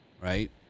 right